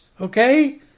Okay